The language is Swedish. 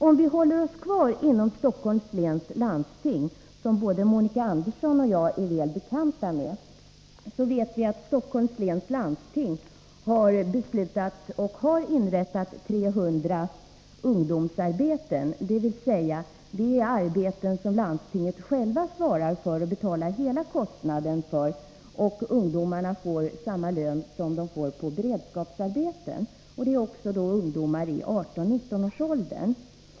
Om vi håller oss kvar inom Stockholms läns landsting, som både Monica Andersson och jag är väl bekanta med, kan jag nämna att man där har inrättat 300 ungdomsarbeten. Det är arbeten som landstinget självt svarar för och betalar hela kostnaden för, och ungdomarna får samma lön som gäller för beredskapsarbeten. Ungdomarna är i 18-19-årsåldern.